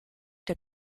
der